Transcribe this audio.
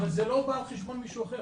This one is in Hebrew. אבל זה לא בא על חשבון מישהו אחר,